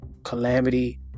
Calamity